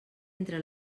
entre